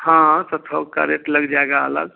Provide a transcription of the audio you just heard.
हाँ तो थोक का रेट लग जाएगा अलग